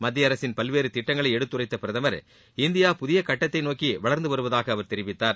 மத்திய அரசின் பல்வேறு திட்டங்களை எடுத்துரைத்த பிரதமர் இந்தியா புதிய கட்டத்தை நோக்கி வளர்ந்து வருவதாக அவர் தெரிவித்தார்